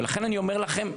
לכן אני אומר לכם,